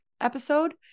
episode